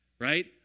right